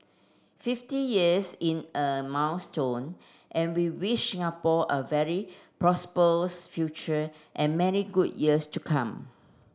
fifty years in a milestone and we wish Singapore a very prosperous future and many good years to come